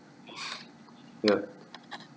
ya